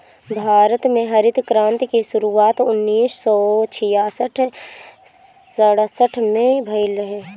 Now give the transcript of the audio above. भारत में हरित क्रांति के शुरुआत उन्नीस सौ छियासठ सड़सठ में भइल रहे